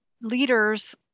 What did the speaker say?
leaders